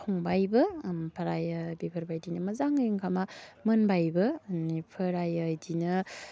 संबायबो ओमफ्रायो बेफोरबायदिनो मोजाङै ओंखामा मोनबायबो बेनिफोरायो बिदिनो